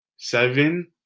seven